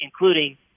including –